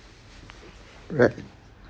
right